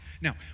Now